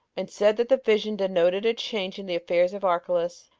and said that the vision denoted a change in the affairs of archelaus,